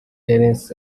tennis